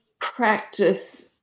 practice